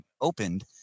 opened